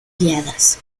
guiadas